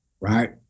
Right